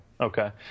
Okay